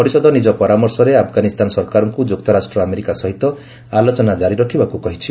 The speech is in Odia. ପରିଷଦ ନିଜ ପରାମର୍ଶରେ ଆଫଗାନିସ୍ଥାନ ସରକାରଙ୍କୁ ଯୁକ୍ତରାଷ୍ଟ୍ର ଆମେରିକା ସହିତ ଆଲୋଚନା ଜାରି ରଖିବାକୁ କହିଛି